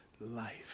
life